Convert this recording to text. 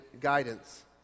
guidance